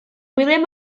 william